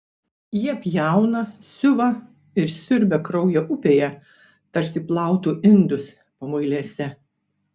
jie pjauna siuva ir siurbia kraujo upėje tarsi plautų indus pamuilėse